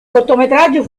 cortometraggio